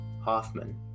Hoffman